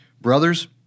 Brothers